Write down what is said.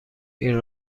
این